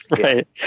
right